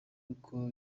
uko